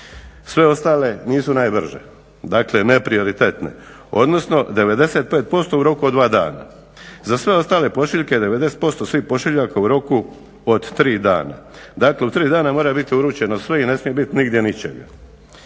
Sve ostale nisu najbrže. Dakle neprioritetne. Odnosno 95% u roku od dva dana. Za sve ostale pošiljke 90% svih pošiljaka u roku od tri dana. Dakle, u tri dana mora biti uručeno se i ne smije biti nigdje ničega.